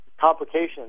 complications